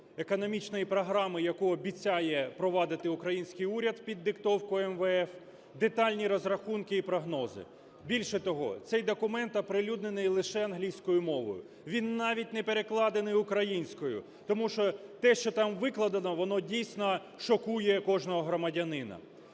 економічної програми, яку обіцяє впровадити український уряд під диктовку МФВ, детальні розрахунки і прогнози. Більше того, цей документ оприлюднений лише англійською мовою, він навіть не перекладений українською. Тому що те, що там викладено, воно, дійсно, шокує кожного громадянина.